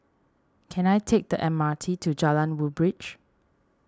can I take the M R T to Jalan Woodbridge